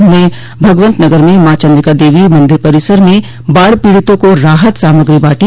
उन्होंने भगवंत नगर में माँ चन्द्रिका देवी मंदिर परिसर में बाढ़ पीड़ितों को राहत सामग्री बांटी